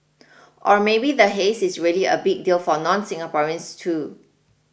or maybe the haze is really a big deal for nonSingaporeans too